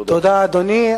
תודה, אדוני.